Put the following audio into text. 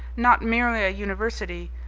not merely a university,